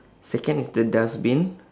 second is the dustbin